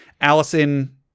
Allison